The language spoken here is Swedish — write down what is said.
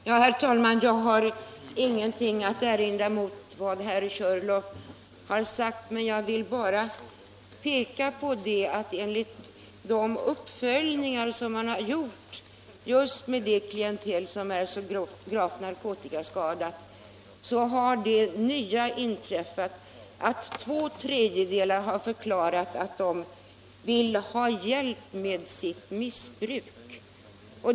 Herr talman! Jag har inget att erinra mot vad herr Körlof har sagt. Jag vill bara påpeka att enligt de uppföljningar som man har gjort med just det klientel som är så gravt narkotikaskadat, har det nya inträffat att två tredjedelar har förklarat att de vill ha hjälp för att komma ifrån sitt missbruk.